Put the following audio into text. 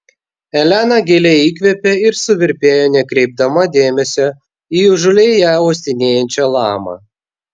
elena giliai įkvėpė ir suvirpėjo nekreipdama dėmesio į įžūliai ją uostinėjančią lamą